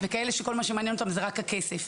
וכאלה שכל מה שמעניין אותם זה רק הכסף.